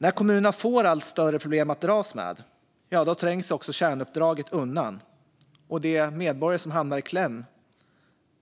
När kommunerna får allt större problem att dras med trängs också kärnuppdraget undan, och de medborgare som hamnar i kläm